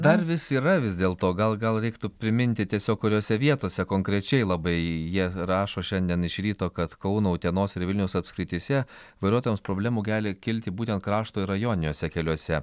dar vis yra vis dėlto gal gal reiktų priminti tiesiog kuriose vietose konkrečiai labai jie rašo šiandien iš ryto kad kauno utenos ir vilniaus apskrityse vairuotojams problemų gali kilti būtent krašto ir rajoniniuose keliuose